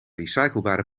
recycleerbare